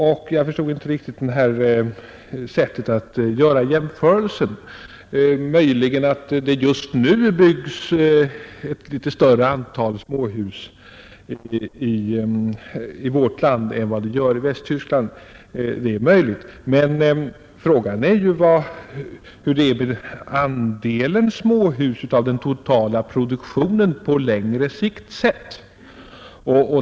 Vidare förstod jag inte riktigt sättet att göra jämförelsen. Möjligen byggs just nu ett litet större antal småhus i vårt land än i Västtyskland, Men frågan är ju hur det är med andelen småhus av den totala produktionen på längre sikt.